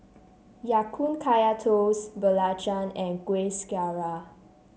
Ya Kun Kaya Toast Belacan and Kuih Syara